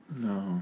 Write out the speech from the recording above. No